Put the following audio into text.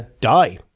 die